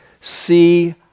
see